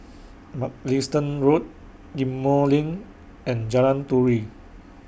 Mugliston Road Ghim Moh LINK and Jalan Turi